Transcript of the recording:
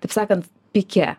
taip sakant pike